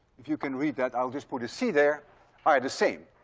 if you can read that i'll just put a c there are the same.